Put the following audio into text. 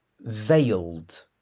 Veiled